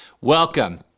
Welcome